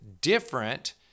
different